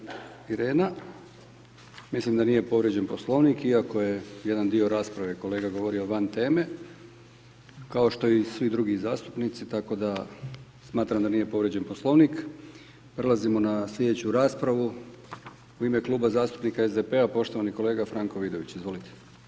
Zahvaljujem kolegici Ireni, mislim da nije povrijeđen poslovnik, iako je jedan dio rasprave, kolega govorio van teme, kao i svi drugi zastupnici, tako da smatram da nije povrijeđen poslovnik, prelazimo na sljedeću raspravu, u ime Kluba zastupnika SDP-a poštovani kolega Franko Vidović, izvolite.